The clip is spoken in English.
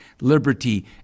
liberty